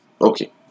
Okay